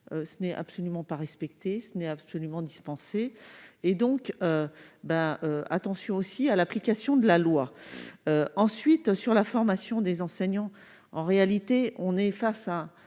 ce n'est absolument pas respecté ce n'est absolument et donc bah attention aussi à l'application de la loi ensuite sur la formation des enseignants, en réalité, on est face à